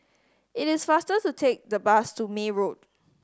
it is faster to take the bus to May Road